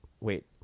Wait